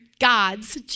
God's